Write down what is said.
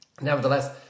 Nevertheless